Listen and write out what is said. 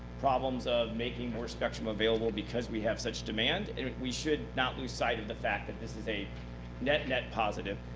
problems of making more spectrum available because we have such demand. and we should not lose sight of the fact that this is a net-net positive.